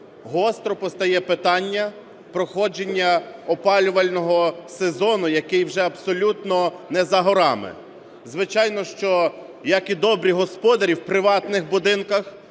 Гостро постає питання проходження опалювального сезону, який вже абсолютно не за горами. Звичайно, що, як і добрі господарі в приватних будинках,